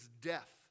death